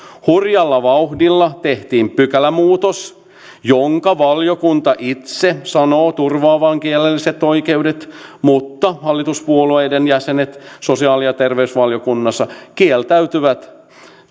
hurjalla vauhdilla tehtiin pykälämuutos jonka valiokunta itse sanoo turvaavan kielelliset oikeudet mutta hallituspuolueiden jäsenet sosiaali ja terveysvaliokunnassa kieltäytyivät